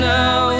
now